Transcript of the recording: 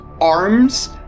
arms